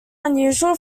unusual